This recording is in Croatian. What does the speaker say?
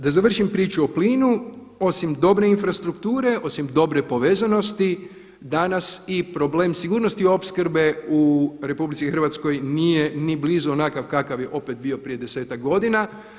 Da završim priču o plinu, osim dobre infrastrukture, osim dobre povezanosti danas i problem sigurnosti opskrbe u RH nije ni blizu onakav kakav je opet bio prije 10-ak godina.